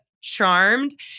charmed